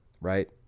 right